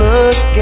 Look